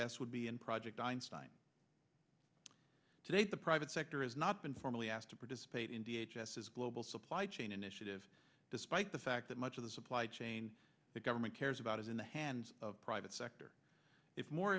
s would be in project einstein to date the private sector has not been formally asked to participate in d h s is global supply chain initiative despite the fact that much of the supply chain the government cares about is in the hands of private sector if more